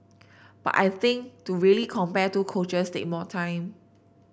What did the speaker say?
but I think to really compare two coaches take more time